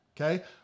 okay